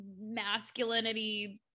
masculinity